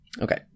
Okay